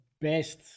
best